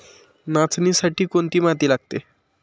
नाचणीसाठी कोणती माती लागते?